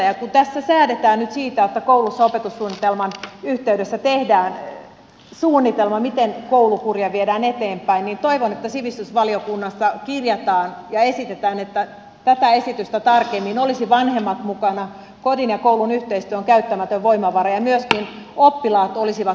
kun tässä säädetään nyt siitä että kouluissa opetussuunnitelman yhteydessä tehdään suunnitelma miten koulukuria viedään eteenpäin niin toivon että sivistysvaliokunnassa kirjataan ja esitetään että tätä esitystä tarkemmin olisivat vanhemmat mukana kodin ja koulun yhteistyö on käyttämätön voima vara ja myöskin oppilaat olisivat vahvemmin mukana